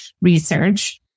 research